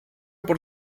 por